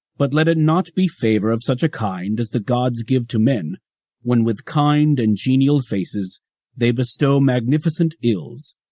but let it not be favor of such a kind as the gods give to men when with kind and genial faces they bestow magnificent ills,